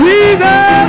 Jesus